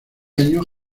años